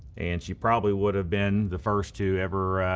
and she probably would have been the first to ever